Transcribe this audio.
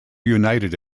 united